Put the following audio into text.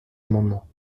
amendement